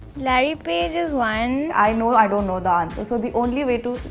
larry page is one. i know, i don't know the answer. so the only way to.